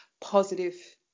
positive